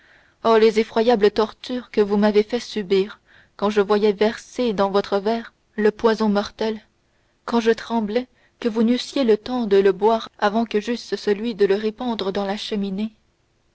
oh les effroyables tortures que vous m'avez fait subir quand je voyais verser dans votre verre le poison mortel quand je tremblais que vous n'eussiez le temps de le boire avant que j'eusse celui de le répandre dans la cheminée